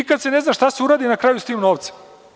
Nikada se ne zna šta se uradi na kraju sa tim novcem.